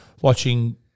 watching